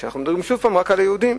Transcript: שוב פעם, אנחנו מדברים רק על היהודים.